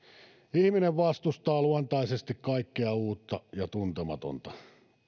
ihminen vastustaa luontaisesti kaikkea uutta ja tuntematonta